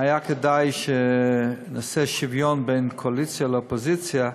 היה כדאי שנעשה שוויון בין הקואליציה לאופוזיציה,